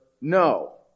no